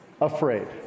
afraid